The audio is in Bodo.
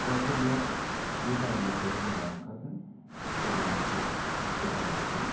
दा जेब्ला बे दालायनिफ्राय रोदा ओंखारगोन अब्लानो जों बे दालायखौ